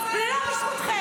לא בזכותכם.